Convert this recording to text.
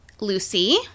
Lucy